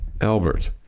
Albert